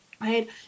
Right